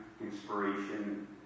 inspiration